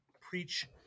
preach